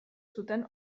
zuten